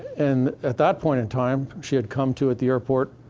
and at that point in time, she had come to at the airport,